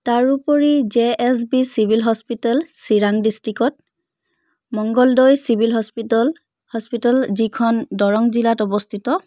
তাৰোপৰি J S B civil hospital Chirang ডিষ্ট্ৰিক্টত Mangaldai civil hospital hospital যিখন দৰং জিলাত অৱস্থিত